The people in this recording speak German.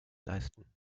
leisten